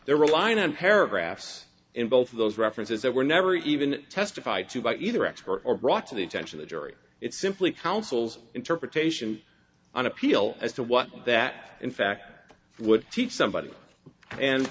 they're relying on paragraphs in both of those references that were never even testified to by either expert or brought to the attention the jury it simply counsels interpretation on appeal as to what that in fact would teach somebody and